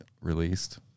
released